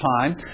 time